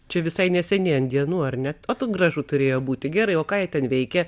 čia visai neseniai ant dienų ar net o tu gražu turėjo būti gerai o ką ten veikia